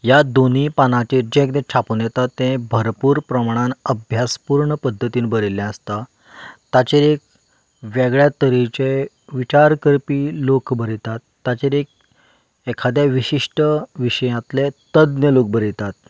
ह्या दोनूय पानांचेर जें कितें छापून येतात तें भरपूर प्रमाणांत अभ्यासपुर्ण पद्दतीन बरयल्लें आसता ताचेर एक वेगळ्या तरेचे विचार करपी लोक बरयतात ताचेर एक एखाद्या विशिश्ट विशयांतलें तज्ञ लोक बरयतात